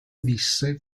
visse